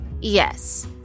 Yes